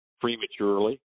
prematurely